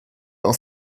dans